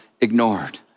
ignored